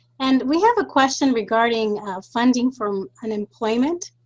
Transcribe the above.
and we have a question regarding funding for unemployment.